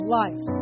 life